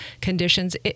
conditions